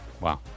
Wow